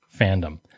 fandom